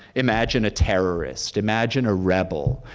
imagine a terrorist. imagine a rebel.